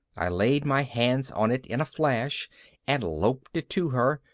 i laid my hands on it in a flash and loped it to her,